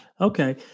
Okay